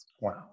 Wow